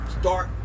start